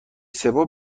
سپاه